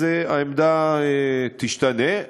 העמדה תשתנה.